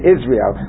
Israel